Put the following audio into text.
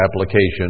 application